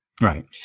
right